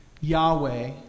Yahweh